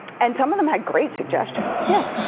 and some of them had great suggestions. yeah